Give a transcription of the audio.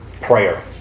prayer